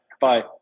Bye